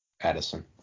Addison